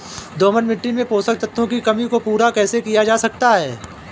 दोमट मिट्टी में पोषक तत्वों की कमी को पूरा कैसे किया जा सकता है?